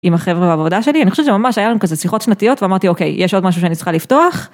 עם החבר'ה בעבודה שלי, אני חושבת שממש היה לנו כזה שיחות שנתיות ואמרתי אוקיי, יש עוד משהו שאני צריכה לפתוח.